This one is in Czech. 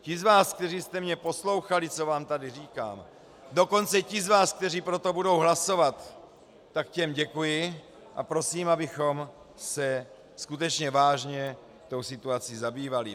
Těm z vás, kteří jste mě poslouchali, co vám tady říkám, dokonce těm z vás, kteří pro to budou hlasovat, tak těm děkuji a prosím, abychom se skutečně vážně tou situací zabývali.